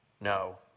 No